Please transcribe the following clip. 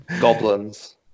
Goblins